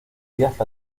díaz